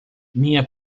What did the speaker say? minha